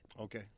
Okay